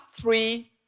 three